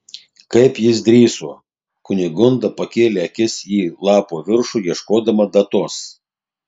kaip jis drįso kunigunda pakėlė akis į lapo viršų ieškodama datos